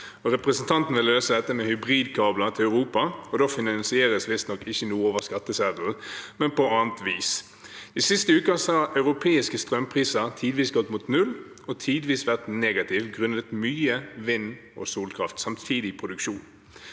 Representanten vil løse dette med hybridkabler til Europa, for da finansieres det visstnok ikke over skatteseddelen, men på annet vis. De siste ukene har europeiske strømpriser tidvis gått mot null og tidvis vært negative, grunnet mye vind- og solkraft, samtidig produksjon.